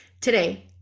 today